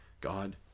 God